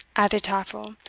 added taffril,